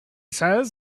says